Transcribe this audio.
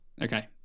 Okay